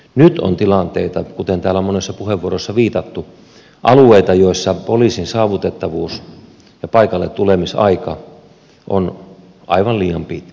nyt on tilanteita kuten täällä on monissa puheenvuoroissa viitattu alueita joissa poliisin saavutettavuus ja paikalletulemisaika on aivan liian pitkä